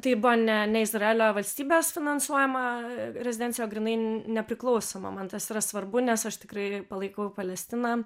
tai buvo ne ne izraelio valstybės finansuojama rezidencija o grynai nepriklausoma man tas yra svarbu nes aš tikrai palaikau palestiną